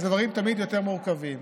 הדברים תמיד יותר מורכבים.